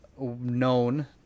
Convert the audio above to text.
known